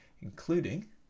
including